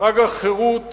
חג החירות